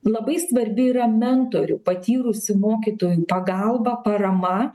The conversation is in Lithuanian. labai svarbi yra mentorių patyrusių mokytojų pagalba parama